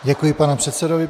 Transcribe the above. Děkuji panu předsedovi.